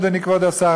אדוני כבוד השר,